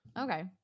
Okay